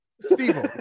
Steve